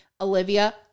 Olivia